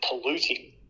polluting